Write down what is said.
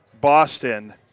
Boston